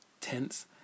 tense